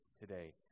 today